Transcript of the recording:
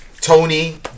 Tony